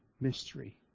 mystery